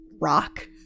rock